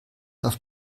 auf